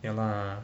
ya lah